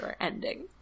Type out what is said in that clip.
ending